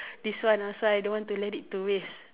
this one ah so I don't want to let it to waste